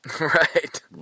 Right